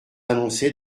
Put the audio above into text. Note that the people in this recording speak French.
annoncés